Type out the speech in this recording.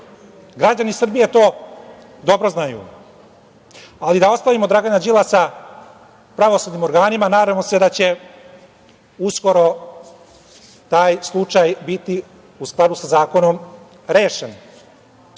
građani Srbije to dobro znaju. Da ostavimo Dragana Đilasa pravosudnim organima, nadajmo se da će uskoro taj slučaj biti u skladu sa zakonom rešen. Srbija